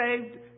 saved